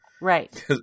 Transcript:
right